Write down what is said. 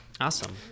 Awesome